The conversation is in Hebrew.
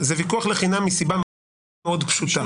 לחינם מסיבה מאוד פשוטה.